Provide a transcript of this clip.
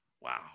Wow